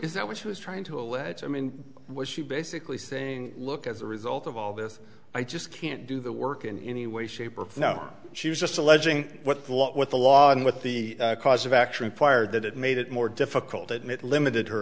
is that which was trying to allege i mean was she basically saying look as a result of all this i just can't do the work in any way shape or no she was just alleging what the what the law and what the cause of action fired that it made it more difficult at mit limited her